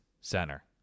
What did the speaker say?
Center